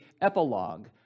epilogue